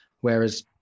Whereas